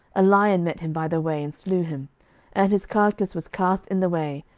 a lion met him by the way, and slew him and his carcase was cast in the way,